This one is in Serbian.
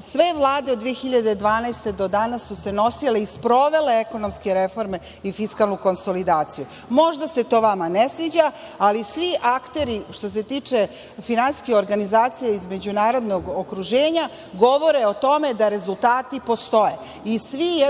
sve vlade od 2012. godine do danas su se nosile i sprovele ekonomske reforme i fiskalnu konsolidaciju. Možda se to vama ne sviđa, ali svi akteri što se tiče finansijske organizacije iz međunarodnog okruženja govore o tome da rezultati postoje i svi